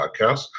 podcast